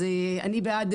אני בעד